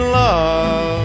love